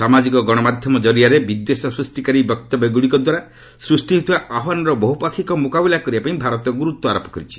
ସାମାଜିକ ଗଣମାଧ୍ୟମ କରିଆରେ ବିଦ୍ୱେଷ ସୃଷ୍ଟିକାରୀ ବକ୍ତବ୍ୟଗୁଡ଼ିକଦ୍ୱାରା ସ୍ନୁଷ୍ଟି ହେଉଥିବା ଆହ୍ୱାନର ବହୁପାକ୍ଷିକ ମୁକାବିଲା କରିବାପାଇଁ ଭାରତ ଗୁରୁତ୍ୱ ଆରୋପ କରିଛି